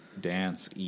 dance